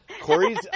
Corey's